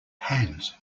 hands